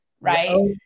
Right